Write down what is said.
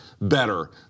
better